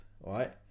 right